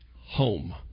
home